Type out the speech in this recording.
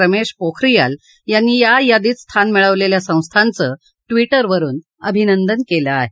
रमेश पोखरीयाल यांनी या यादीत स्थान मिळवलेल्या संस्थांचं ट्विटरवरून अभिनंदन केलं आहे